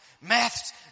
Maths